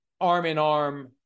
arm-in-arm